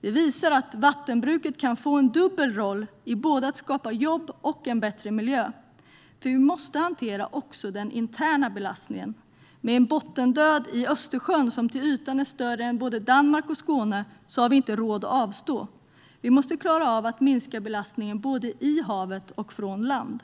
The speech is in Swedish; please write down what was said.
Det visar att vattenbruket kan få en dubbel roll i att skapa både jobb och en bättre miljö, för vi måste också hantera den interna belastningen. Med en bottendöd i Östersjön som till ytan är större än både Danmark och Skåne har vi inte råd att avstå. Vi måste klara att minska belastningen både i havet och från land.